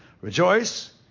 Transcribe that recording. Rejoice